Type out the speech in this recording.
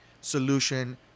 solution